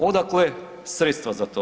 Odakle sredstva za to?